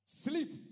Sleep